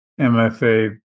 MFA